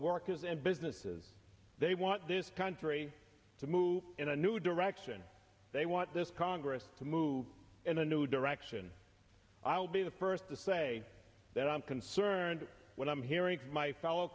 workers and businesses they want this country to move in a new direction they want this congress to move in a new direction i'll be the first to say that i'm concerned when i'm hearing my fellow